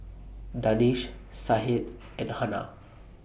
Danish Syed and Hana